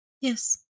Yes